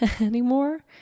anymore